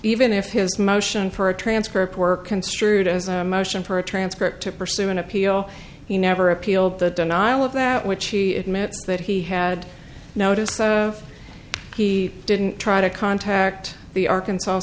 even if his motion for a transcript work construed as a motion for a transcript to pursue an appeal he never appealed the denial of that which he admits that he had noticed he didn't try to contact the arkansas